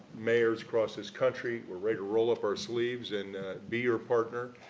mayors across this country, we're ready to roll up our sleeves and be your partner,